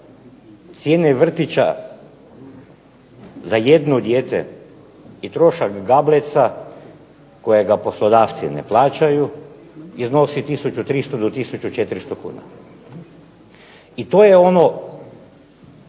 cijene vrtića na jedno dijete i trošak gableca kojega poslodavci ne plaćaju iznosi 1300 do 1400 kn. I to je ono